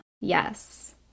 Yes